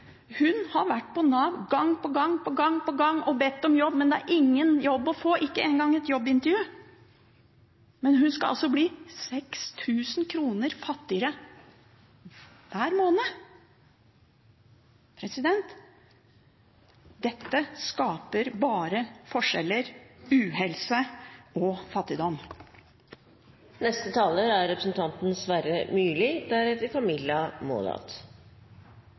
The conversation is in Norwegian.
på Nav gang på gang og bedt om jobb, men det er ingen jobb å få, ikke engang et jobbintervju. Men hun skal altså bli 6 000 kroner fattigere hver måned. Dette skaper bare forskjeller, uhelse og fattigdom. Under denne regjeringen kommer tre av fire nye jobber som skapes, i offentlig sektor. Nå er